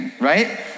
right